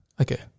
Okay